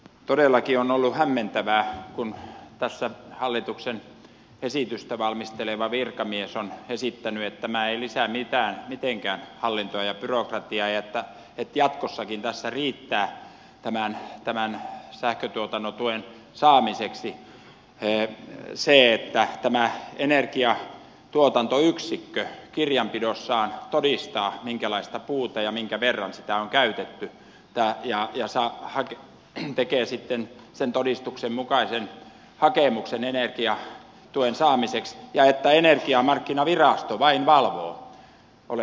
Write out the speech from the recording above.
todellakin on ollut hämmentävää kun tässä hallituksen esitystä valmisteleva virkamies on esittänyt että tämä ei lisää mitenkään hallintoa ja byrokratiaa ja että jatkossakin tässä riittää tämän sähkötuotantotuen saamiseksi se että tämä energiatuotantoyksikkö kirjanpidossaan todistaa minkälaista puuta ja minkä verran on käytetty ja tekee sitten sen todistuksen mukaisen hakemuksen energiatuen saamiseksi ja että energiamarkkinavirasto vain valvoo